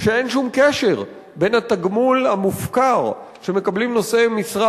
שאין כל קשר בין התגמול המופקר שמקבלים נושאי משרה